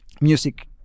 music